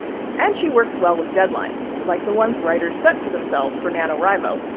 and she works well with deadlines, like the ones writers set for themselves for nanowrimo,